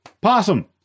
Possum